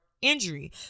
injury